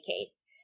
case